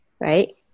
right